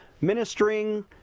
ministering